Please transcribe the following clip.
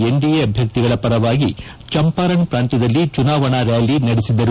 NDA ಅಭ್ಯರ್ಥಿಗಳ ಪರವಾಗಿ ಚಂಪಾರಣ್ ಪ್ರಾಂತ್ಯದಲ್ಲಿ ಚುನಾವಣಾ ರ್ನಾಲಿ ನಡೆಸಿದರು